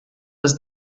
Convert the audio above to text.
was